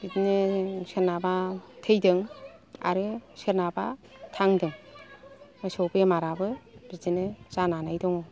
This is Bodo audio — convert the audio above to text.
बिदिनो सोरनाबा थैदों आरो सोरनाबा थांदों मोसौ बेमारआबो बिदिनो जानानै दङ